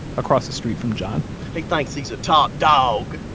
across the street from john he thinks he's a top dog.